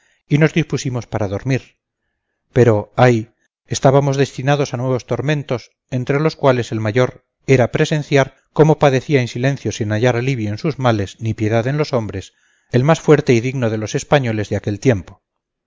y nos dispusimos para dormir pero ay estábamos destinados a nuevos tormentos entre los cuales el mayor era presenciar cómo padecía en silencio sin hallar alivio en sus males ni piedad en los hombres el más fuerte y digno de los españoles de aquel tiempo